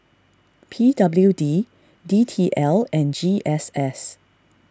P W D D T L and G S S